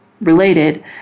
related